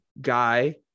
guy